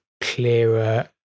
clearer